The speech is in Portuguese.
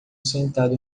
sentado